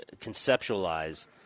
conceptualize